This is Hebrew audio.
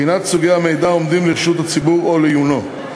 בחינת סוגי המידע העומדים לרשות הציבור או לעיונו,